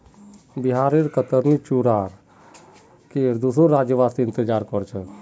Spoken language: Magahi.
बिहारेर कतरनी चूड़ार केर दुसोर राज्यवासी इंतजार कर छेक